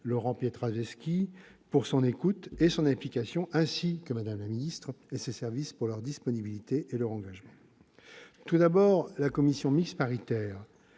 Laurent Pietraszewski, pour son écoute et son implication, ainsi que Mme la ministre et ses services pour leur disponibilité et leur engagement. Tout d'abord, la commission mixte paritaire